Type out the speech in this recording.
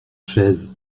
chaise